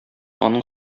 аның